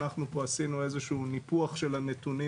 אנחנו פה עשינו איזשהו ניפוח של הנתונים